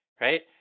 right